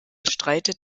bestreitet